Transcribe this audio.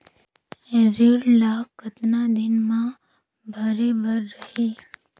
ऋण ला कतना दिन मा भरे बर रही?